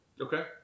Okay